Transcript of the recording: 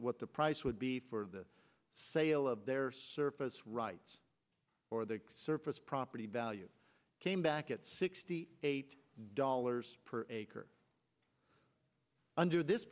what the price would be for the sale of their surface rights or the surface property value came back at sixty eight dollars per acre under this